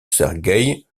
sergueï